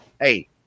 Hey